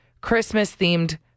Christmas-themed